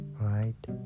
right